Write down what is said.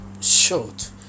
short